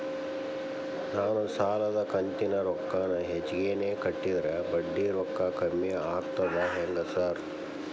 ನಾನ್ ಸಾಲದ ಕಂತಿನ ರೊಕ್ಕಾನ ಹೆಚ್ಚಿಗೆನೇ ಕಟ್ಟಿದ್ರ ಬಡ್ಡಿ ರೊಕ್ಕಾ ಕಮ್ಮಿ ಆಗ್ತದಾ ಹೆಂಗ್ ಸಾರ್?